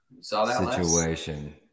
situation